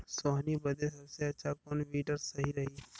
सोहनी बदे सबसे अच्छा कौन वीडर सही रही?